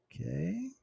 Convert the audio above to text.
okay